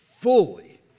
fully